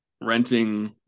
renting